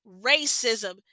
racism